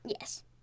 Yes